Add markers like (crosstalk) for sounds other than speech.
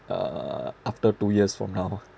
uh after two years from now ah (laughs)